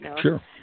Sure